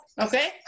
Okay